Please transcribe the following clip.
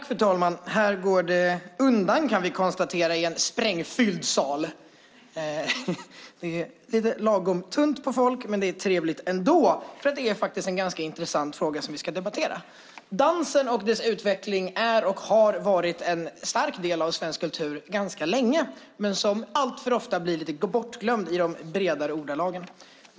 Fru talman! Här går det undan, kan vi konstatera, i en sprängfylld sal! Det är lite lagom tunt på folk. Men det är trevligt ändå, för det är en ganska intressant fråga vi ska debattera. Dansen och dess utveckling är och har varit en stark del av svensk kultur ganska länge. Men den blir alltför ofta lite bortglömd i de bredare folklagren.